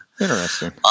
interesting